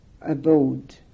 abode